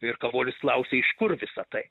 ir kavolis klausė iš kur visa tai